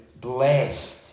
blessed